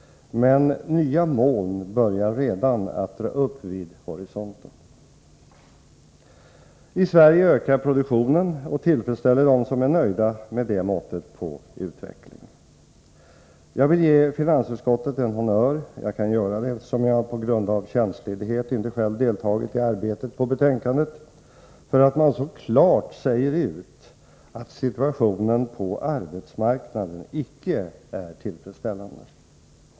Men nya moln börjar redan att dra upp vid horisonten. I Sverige ökar produktionen och tillfredsställer dem som är nöjda med det måttet på utveckling. Jag vill ge finansutskottet en honnör — jag kan göra det eftersom jag på grund av tjänstledighet inte själv deltagit i arbetet på betänkandet — för att man så klart säger ut att situationen på arbetsmarknaden icke är tillfredsställande.